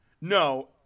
No